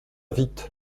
vite